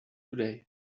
today